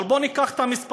אבל בואו ניקח את המספרים,